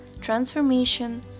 transformation